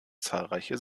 zahlreiche